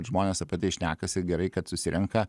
žmonės apie tai šnekasi gerai kad susirenka